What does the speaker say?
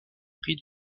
prix